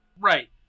Right